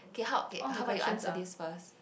okay how okay how about you answer this first